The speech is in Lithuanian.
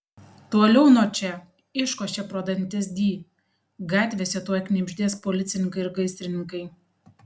toliau nuo čia iškošė pro dantis di gatvėse tuoj knibždės policininkai ir gaisrininkai